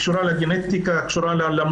היא קשורה לגנטיקה והיא קשורה למוצא,